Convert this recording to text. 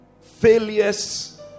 failures